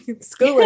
school